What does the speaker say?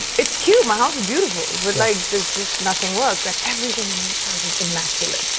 it's cute. my house is beautiful. but, like, there's just nothing works. and everything in nick's house is immaculate.